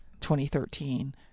2013